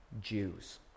Jews